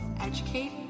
educate